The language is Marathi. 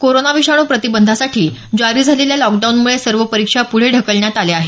कोरोना विषाणू प्रतिबंधासाठी जारी झालेल्या लॉकडाऊनमुळे सर्व परीक्षा पुढे ढकलण्यात आल्या आहेत